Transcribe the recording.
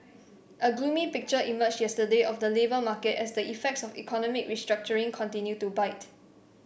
a gloomy picture emerged yesterday of the labour market as the effects of economic restructuring continue to bite